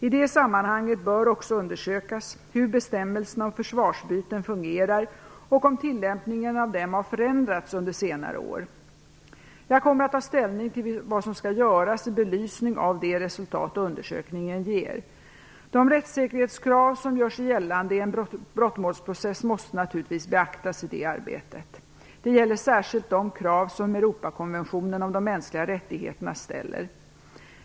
I det sammanhanget bör också undersökas hur bestämmelserna om försvararbyten fungerar och om tillämpningen av dem har förändrats under senare år. Jag kommer att ta ställning till vad som skall göras i belysning av det resultat undersökningen ger. De rättssäkerhetskrav som gör sig gällande i en brottmålsprocess måste naturligtvis beaktas i det arbetet. Det gäller särskilt de krav som Europakonventionen om de mänskliga rättigheterna ställer.